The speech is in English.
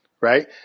right